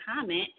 comment